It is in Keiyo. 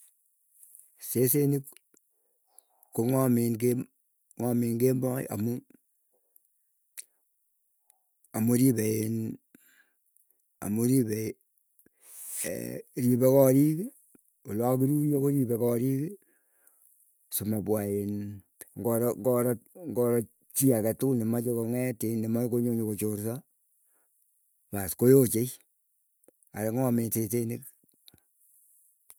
Sesenik ko ng'omen kemb ng'omen kemboi, amuu amuripeiin amuripe ripe korik olakakiruyo koripe korik, simapwa iin ngoro ngoro, ngoro chii age tukul nemachekong'etin nemache konyo nyokochorsa. Paas koochei arang'omit sesenik.